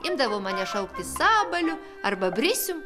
imdavo mane šaukti sabaliu arba brisium